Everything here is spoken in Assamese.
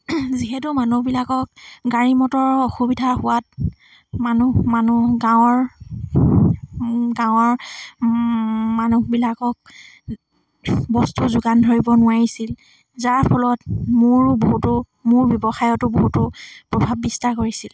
যিহেতু মানুহবিলাকক গাড়ী মটৰৰ অসুবিধা হোৱাত মানুহ মানুহ গাঁৱৰ গাঁৱৰ মানুহবিলাকক বস্তু যোগান ধৰিব নোৱাৰিছিল যাৰ ফলত মোৰো বহুতো মোৰ ব্যৱসায়তো বহুতো প্ৰভাৱ বিস্তাৰ কৰিছিল